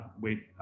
wait